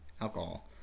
alcohol